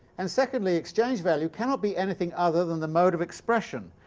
and secondly, exchange-value cannot be anything other than the mode of expression,